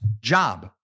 job